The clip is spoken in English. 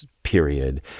period